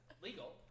legal